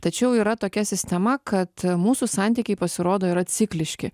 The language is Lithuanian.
tačiau yra tokia sistema kad mūsų santykiai pasirodo yra cikliški